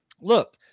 look